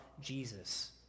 Jesus